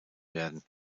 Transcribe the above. werden